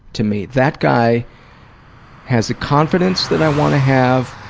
to me. that guy has the confidence that i wanna have,